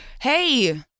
hey